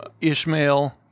Ishmael